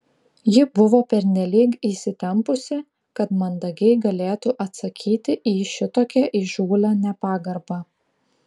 ji buvo pernelyg įsitempusi kad mandagiai galėtų atsakyti į šitokią įžūlią nepagarbą